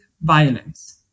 violence